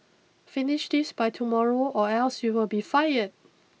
finish this by tomorrow or else you will be fired